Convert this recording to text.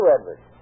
Edward